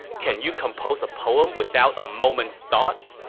can you compose a poem without a moment's thought?